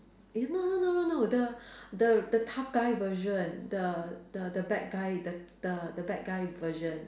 you no no no no no the the the tough guy version the the the bad guy the the the bad guy version